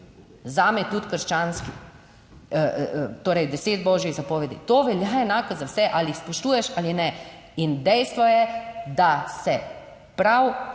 zame tudi krščanski. Torej, deset božjih zapovedi. To velja enako za vse, ali jih spoštuješ ali ne. In dejstvo je, da se prav